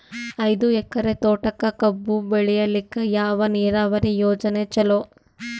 ಐದು ಎಕರೆ ತೋಟಕ ಕಬ್ಬು ಬೆಳೆಯಲಿಕ ಯಾವ ನೀರಾವರಿ ಯೋಜನೆ ಚಲೋ?